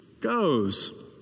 goes